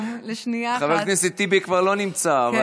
חבר הכנסת טיבי כבר לא נמצא.